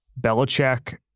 Belichick